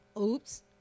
oops